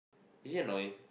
is he a lawyer